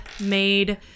made